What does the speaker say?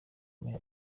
kagame